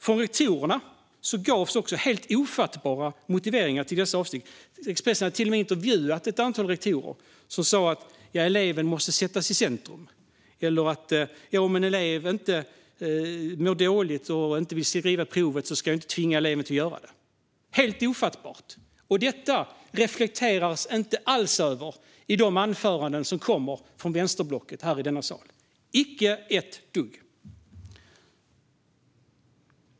Från rektorerna gavs helt ofattbara motiveringar till dessa avsteg. Expressen hade till och med intervjuat en rektor som sa att man "måste sätta eleven i centrum" och att "om en elev inte bör skriva provet för att den mår dåligt . inte låta den eleven skriva provet". Helt ofattbart! Men detta reflekteras det inte alls över i de anföranden som kommer från vänsterblocket i denna sal. Icke ett dugg!